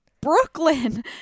Brooklyn